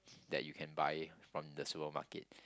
that you can buy from the supermarket